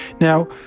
Now